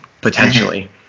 potentially